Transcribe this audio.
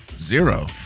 Zero